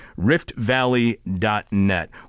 riftvalley.net